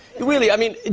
really. i mean,